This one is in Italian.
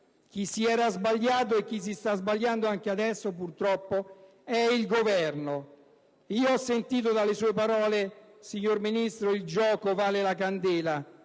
Chi si era sbagliato e chi sta sbagliando anche adesso, purtroppo, è il Governo. Ho sentito dalle sue parole, signor Ministro, che «il gioco vale la candela»;